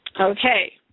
Okay